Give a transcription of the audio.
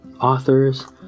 authors